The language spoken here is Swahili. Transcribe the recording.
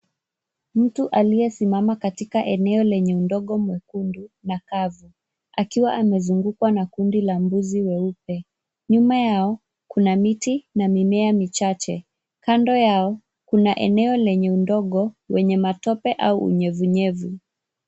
Mtu aliyesimama katika eneo lenye udongo mwekundu na kavu akiwa amezungukwa na kundi la mbuzi weupe. Nyuma yao kuna miti na mimea michache, kando yao kuna eneo lenye udongo wenye matope au unyevunyevu.